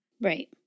Right